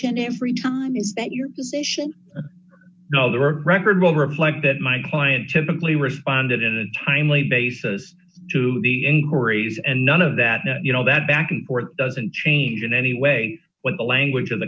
and every time is that your position or no there are record will reflect that my client typically responded in a timely basis to the end hurries and none of that you know that back and forth doesn't change in any way what the language of the